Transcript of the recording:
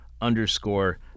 underscore